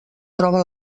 troba